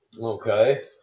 Okay